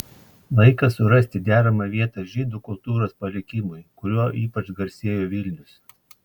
laikas surasti deramą vietą žydų kultūros palikimui kuriuo ypač garsėjo vilnius